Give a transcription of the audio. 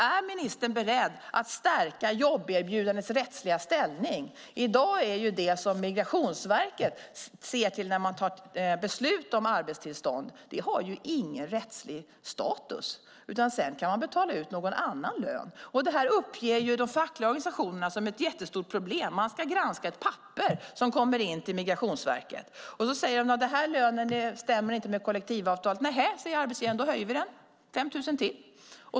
Är ministern beredd att stärka jobberbjudandets rättsliga ställning? Det som Migrationsverket ser till när man fattar beslut om arbetstillstånd har ingen rättslig status. Man kan ju betala ut en annan lön sedan. De fackliga organisationerna anger detta som ett jättestort problem. Migrationsverket ska granska ett papper. När de säger att lönen inte stämmer med kollektivavtalet säger arbetsgivaren: Då höjer vi den med 5 000.